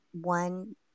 one